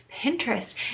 Pinterest